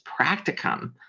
practicum